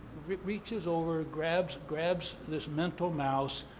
reaches over, grabs grabs this mental mouse,